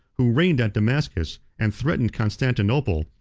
who reigned at damascus, and threatened constantinople,